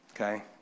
Okay